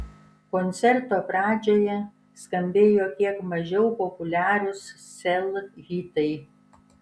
koncerto pradžioje skambėjo kiek mažiau populiarūs sel hitai